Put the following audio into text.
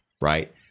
right